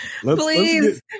Please